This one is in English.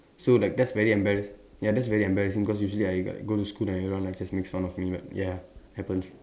so like that's very embarrass ya that's very embarrassing cause usually I like go to school like everyone like just make fun of me but ya happens